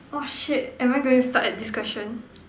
orh shit am I going to stuck at this question